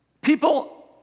people